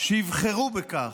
שיבחרו בכך,